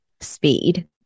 speed